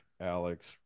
Alex